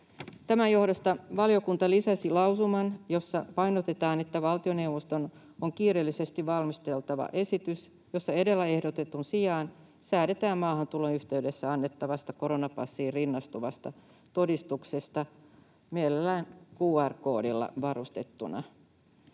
Tämän johdosta valiokunta lisäsi lausuman, jossa painotetaan, että valtioneuvoston on kiireellisesti valmisteltava esitys, jossa edellä ehdotetun sijaan säädetään maahantulon yhteydessä annettavasta, koronapassiin rinnastuvasta todistuksesta, mielellään QR-koodilla varustettuna.